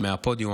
מהפודיום,